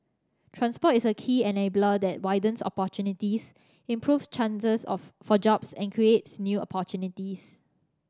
transport is a key enabler that widens opportunities improve chances for jobs and creates new opportunities